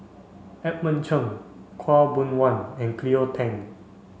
Edmund Cheng Khaw Boon Wan and Cleo Thang